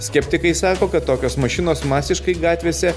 skeptikai sako kad tokios mašinos masiškai gatvėse